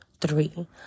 three